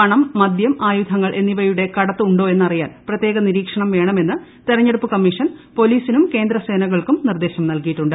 പണം മദ്യം ആയുധങ്ങൾ എന്നിവയുടെ കൂട്ടിൽ ഉണ്ടോ എന്നറിയാൻ പ്രത്യേക നിരീക്ഷണം വേണമെന്ന് തിരഞ്ഞെടുപ്പ് കമ്മീഷൻ പോലീസിനും കേന്ദ്ര സേനക്കൾക്കും നിർദ്ദേശം നൽകിയിട്ടുണ്ട്